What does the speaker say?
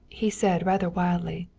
he said rather wildly,